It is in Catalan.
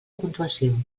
puntuació